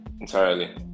entirely